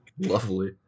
Lovely